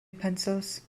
pensos